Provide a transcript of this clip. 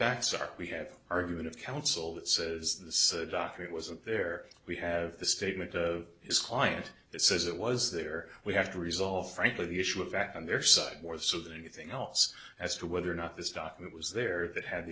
facts are we have argument of counsel that says the doctor wasn't there we have the statement of his client that says it was there we have to resolve frankly the issue of back on their side more so than anything else as to whether or not this document was there that had